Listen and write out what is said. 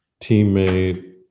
teammate